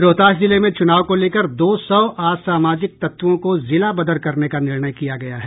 रोहतास जिले में चुनाव को लेकर दो सौ असामाजिक तत्वों को जिलाबदर करने का निर्णय किया गया है